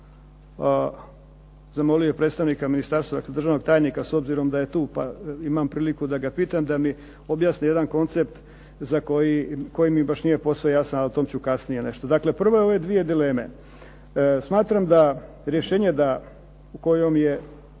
zamolio predstavnika ministarstva, državnog tajnika s obzirom da je tu, pa imam priliku da ga pitam da mi objasni jedan koncept za koji, koji mi baš nije posve jasan, a o tom ću kasnije nešto. Dakle, prvo ove dvije dileme. Smatram da, rješenje da kojom je